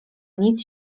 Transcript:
nic